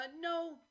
no